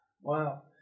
Wow